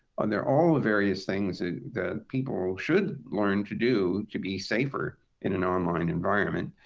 and they're all the various things that people should learn to do to be safer in an online environment.